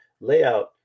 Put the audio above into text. layout